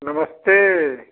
नमस्ते